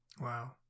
Wow